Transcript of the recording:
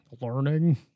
learning